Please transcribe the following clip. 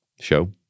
show